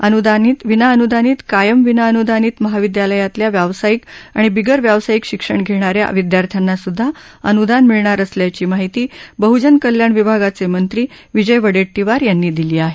अनुदानित विनाअनुदानित कायम विनाअन्दानित महाविदयालयांतल्या व्यावसायिक आणि बिगर व्यावसायिक शिक्षण घेणाऱ्या विद्यार्थ्यांनासुद्धा अनुदान मिळणार असल्याची माहिती बहजन कल्याण विभागाचे मंत्री विजय वडेट्टीवार यांनी दिली आहे